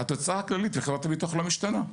התוצאה הכללית בחברות הביטוח לא משתנה.